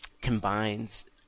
combines